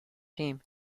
team